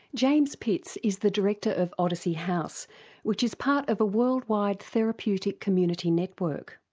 james pitts is the director of odyssey house which is part of a worldwide therapeutic community network.